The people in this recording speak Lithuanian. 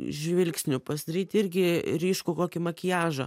žvilgsnių pasidaryti irgi ryškų kokį makiažą